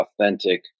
authentic